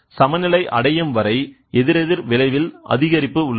எனவே சமநிலை அடையும் வரை எதிரெதிர் விளைவில் அதிகரிப்பு உள்ளது